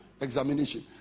examination